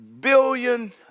billion